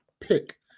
Pick